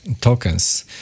tokens